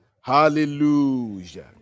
Hallelujah